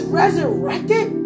resurrected